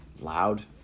loud